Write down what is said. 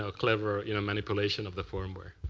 ah clever you know manipulation of the firmware?